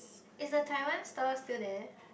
is the Taiwan store still there